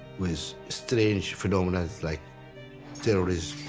with strange phenomena like terrorists,